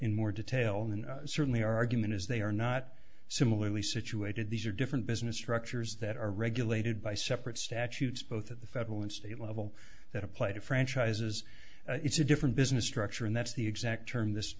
in more detail than certainly our argument is they are not similarly situated these are different business structures that are regulated by separate statutes both at the federal and state level that apply to franchises it's a different business structure and that's the exact term this